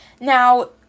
Now